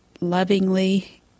lovingly